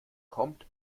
kommt